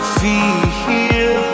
feel